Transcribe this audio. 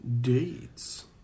dates